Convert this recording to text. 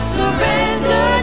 surrender